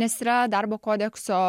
nes yra darbo kodekso